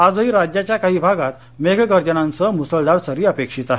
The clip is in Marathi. आजही राज्याघ्या काही भागात मेघ गर्जनांसह मुसळधार सरी अपेक्षित आहेत